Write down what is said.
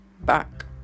back